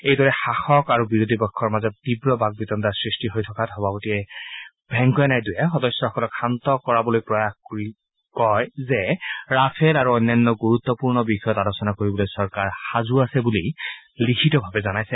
এইদৰে শাসক আৰু বিৰোধী পক্ষৰ মাজত তীৱ বাক্ বিতগুৰ সৃষ্টি হৈ থকাত সভাপতি ভেংকায়া নাইড়ৱে সদস্যসকলক শান্ত কৰাবলৈ প্ৰয়াস কৰি কয় যে ৰাফেল আৰু অন্যান্য গুৰুত্বপূৰ্ণ বিষয়ত আলোচনা কৰিবলৈ চৰকাৰ সাজু আছে বুলি লিখিতভাৱে জনাইছে